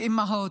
כאימהות.